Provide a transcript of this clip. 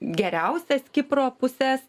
geriausias kipro puses